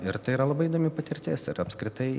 ir tai yra labai įdomi patirtis ir apskritai